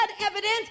evidence